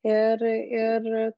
ir ir